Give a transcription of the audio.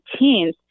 18th